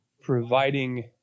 providing